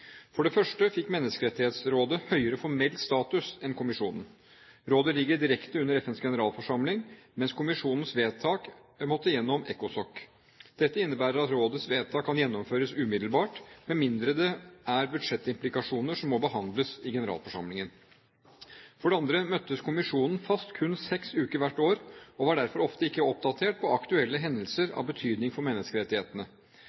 For det første fikk Menneskerettighetsrådet høyere formell status enn kommisjonen. Rådet ligger direkte under FNs generalforsamling, mens kommisjonens vedtak måtte gjennom ECOSOC. Dette innebærer at rådets vedtak kan gjennomføres umiddelbart, med mindre det er budsjettimplikasjoner som må behandles i generalforsamlingen. For det andre møttes kommisjonen fast kun seks uker hvert år, og var derfor ofte ikke oppdatert på aktuelle hendelser